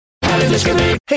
Hey